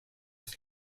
que